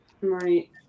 right